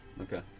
Okay